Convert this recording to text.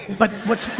but, more